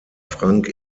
frank